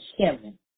heaven